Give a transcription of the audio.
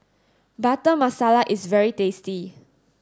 butter masala is very tasty